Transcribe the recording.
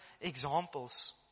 examples